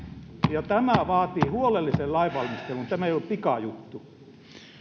ja tämä vaatii huolellisen lainvalmistelun tämä ei ole pikajuttu